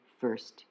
first